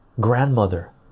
grandmother